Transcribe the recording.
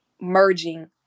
merging